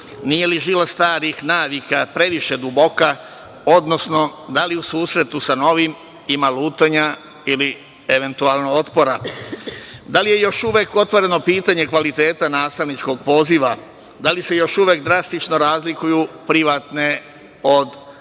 Nije li žila starih navika previše duboka, odnosno da li u susretu sa novim ima lutanja ili eventualno otpora? Da li je još uvek otvoreno pitanje kvaliteta nastavničkog poziva? Da li se još uvek drastično razlikuju privatne od državnih